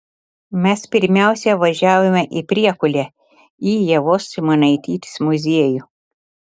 mes pirmiausia važiavome į priekulę į ievos simonaitytės muziejų